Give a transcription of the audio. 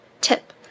Tip